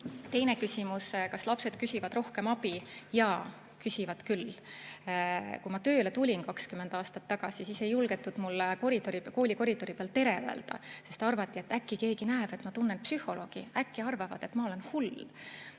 Teine küsimus, kas lapsed küsivad rohkem abi. Jaa, küsivad küll. Kui ma tööle tulin 20 aastat tagasi, siis ei julgetud mulle kooli koridori peal tere öelda, sest kardeti, et äkki keegi näeb. "Ma tunnen psühholoogi, äkki arvavad, et ma olen hull."